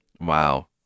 Wow